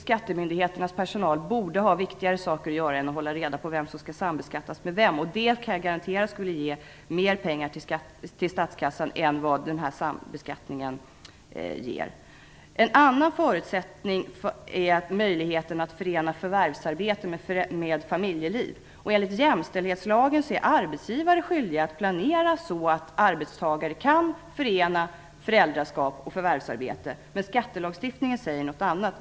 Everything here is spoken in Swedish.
Skattemyndigheternas personal borde ha viktigare saker att göra än att hålla reda på vem som skall sambeskattas med vem. Jag kan garantera att det skulle ge mer pengar till statskassan än vad sambeskattningen ger. En annan förutsättning är möjligheten att förena förvärvsarbete med familjeliv. Enligt jämställdhetslagen är arbetsgivare skyldiga att planera så att arbetstagare kan förena föräldraskap och förvärvsarbete, men skattelagstiftningen säger något annat.